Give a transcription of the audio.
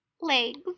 legs